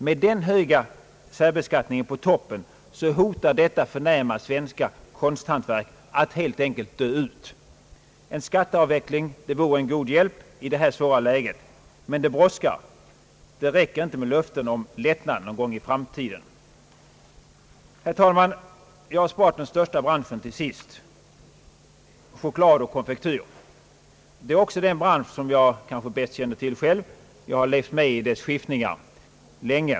Med den höga särbeskattningen på top pen så hotar detta förnäma svenska konsthantverk att helt enkelt dö ut. En skatteavveckling vore en god hjälp i detta svåra läge. Men det brådskar. Det räcker inte med löften om lättnad någon gång i framtiden. Jag har sparat den största branschen, choklad och konfektyrer, till sist. Det är också den bransch som jag kanske bäst känner till. Jag har levt med i dess skiftningar länge.